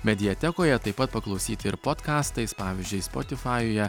mediatekoje taip pat paklausyti ir potkastais pavyzdžiui spotifajuje